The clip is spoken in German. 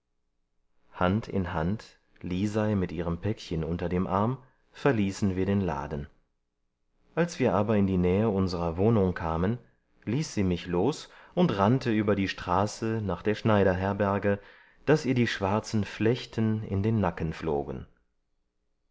hand in hand lisei mit ihrem päckchen unter dem arm verließen wir den laden als wir aber in die nähe unserer wohnung kamen ließ sie mich los und rannte über die straße nach der schneiderherberge daß ihr die schwarzen flechten in den nacken flogen